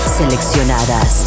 seleccionadas